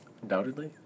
Undoubtedly